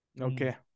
Okay